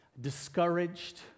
discouraged